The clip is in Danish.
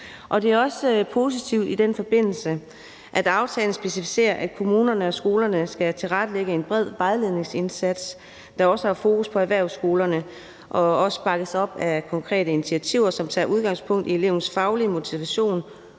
også positivt, at aftalen specificerer, at kommunerne og skolerne skal tilrettelægge en bred vejledningsindsats, der også har fokus på erhvervsskolerne, og som bakkes op af konkrete initiativer, som tager udgangspunkt i elevens faglige motivation,